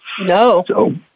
No